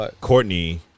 Courtney